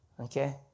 okay